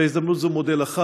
בהזדמנות זאת אני מודה לך,